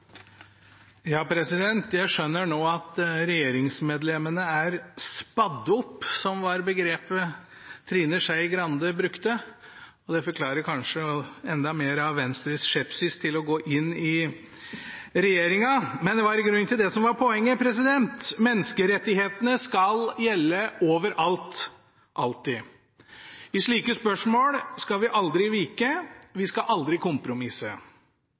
opp», som var begrepet Trine Skei Grande brukte, og det forklarer kanskje enda mer av Venstres skepsis til å gå inn i regjeringen. Men det var i grunnen ikke det som var poenget. Menneskerettighetene skal gjelde over alt alltid. I slike spørsmål skal vi aldri vike, vi skal aldri kompromisse.